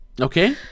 Okay